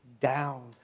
down